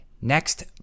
Next